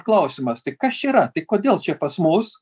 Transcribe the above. klausimas tai kas čia yra tai kodėl čia pas mus